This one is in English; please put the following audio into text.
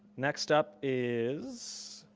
next up is,